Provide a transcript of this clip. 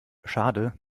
schade